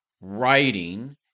writing